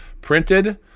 printed